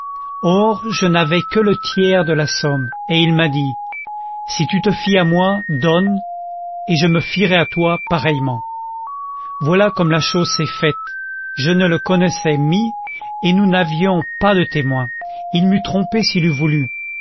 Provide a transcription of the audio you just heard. or je n'avais que le tiers de la somme et il m'a dit si tu te fies à moi donne et je me fierai à toi pareillement voilà comme la chose s'est faite je ne le connaissais mie et nous n'avions pas de témoins il m'eût trompé s'il eût voulu